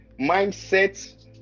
mindset